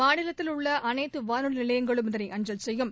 மாநிலத்தில் உள்ள அனைத்து வானொலி நிலையங்களும் இதனை அஞ்சல் செய்யும்